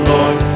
Lord